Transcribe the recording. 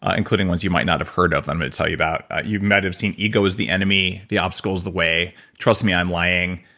ah including ones you might not have heard of, i'm going to tell you about. you might have seen ego is the enemy, the obstacle is the way trust me, i'm lying,